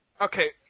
okay